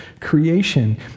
creation